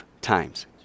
times